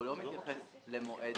הוא לא מתייחס למועד